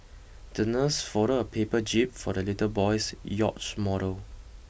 the nurse folded a paper jib for the little boy's yacht model